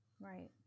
Right